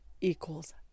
equals